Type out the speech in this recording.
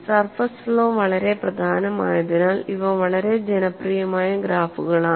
surface flow വളരെ പ്രധാനമായതിനാൽ ഇവ വളരെ ജനപ്രിയമായ ഗ്രാഫുകളാണ്